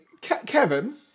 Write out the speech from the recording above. Kevin